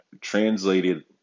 translated